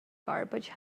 garbage